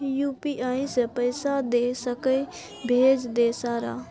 UPI से पैसा दे सके भेज दे सारा?